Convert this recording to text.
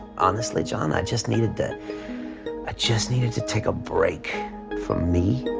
honestly john i just needed to i just needed to take a break from me